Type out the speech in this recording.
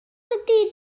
ydy